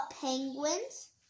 penguins